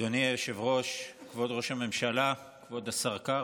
הממשלה, כבוד השר קרעי,